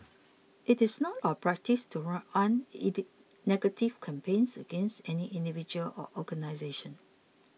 it is not our practice to run negative campaigns against any individual or organisation